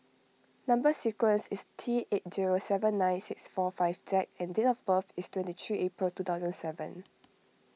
Number Sequence is T eight zero seven nine six four five Z and date of birth is twenty three April two thousand and seven